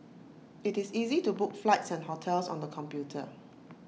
IT is easy to book flights and hotels on the computer